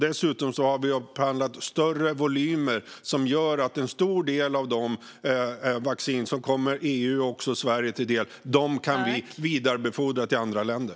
Dessutom har vi upphandlat större volymer, vilket gör att vi kan vidarebefordra en stor del av de vacciner som kommer EU och Sverige till del till andra länder.